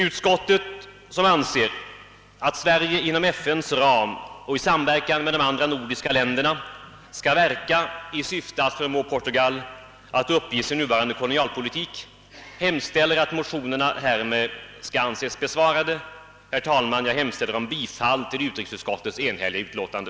Utskottet, som anser att Sverige inom FN:s ram och i samverkan med de andra nordiska länderna skall verka i syfte att förmå Portugal att uppge sin nuvarande kolonialpolitik, hemställer att motionerna härmed skall anses besvarade. Herr talman! Jag ber att få yrka bifall till utrikesutskottets enhälliga utlåtande.